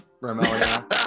Ramona